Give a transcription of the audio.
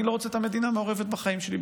אני לא רוצה את המדינה מעורבת בחיים שלי,